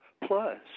Plus